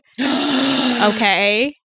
Okay